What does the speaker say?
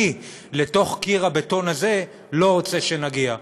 אני לתוך קיר הבטון הזה לא רוצה שנגיע.